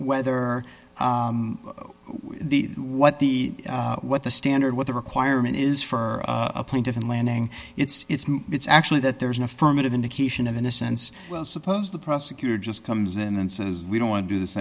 whether the what the what the standard what the requirement is for a plaintiff and landing it's it's it's actually that there's an affirmative indication of innocence suppose the prosecutor just comes in and says we don't want to do this